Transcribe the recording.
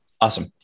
Awesome